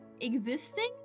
existing